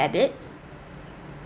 bit